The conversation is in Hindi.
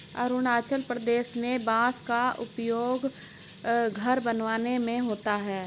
अरुणाचल प्रदेश में बांस का उपयोग घर बनाने में होता है